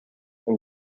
and